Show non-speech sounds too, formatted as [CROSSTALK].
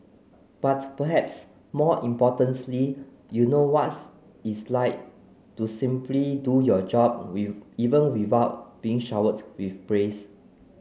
but perhaps more importantly you know what's it's like to simply do your job [UNINTELLIGIBLE] even without being showered with praise